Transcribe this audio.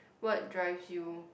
what drives you